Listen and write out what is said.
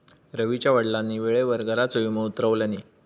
रवीच्या वडिलांनी वेळेवर घराचा विमो उतरवल्यानी